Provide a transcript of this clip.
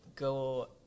Go